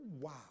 wow